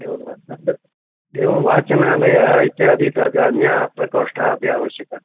एवं वा तद् एवं वाचनालयः इत्यादि तद् अन्याः प्रकोष्ठः अपि आवश्यकः